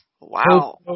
Wow